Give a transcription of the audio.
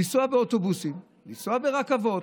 לנסוע באוטובוסים, לנסוע ברכבות,